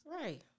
Right